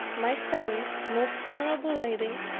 my story, most honourable lady,